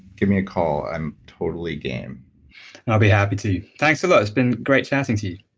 give me a call. i'm totally game and i'll be happy to. thanks a lot. it's been great chatting to you